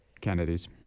Kennedy's